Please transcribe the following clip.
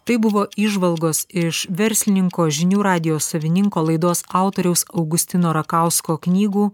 tai buvo įžvalgos iš verslininko žinių radijo savininko laidos autoriaus augustino rakausko knygų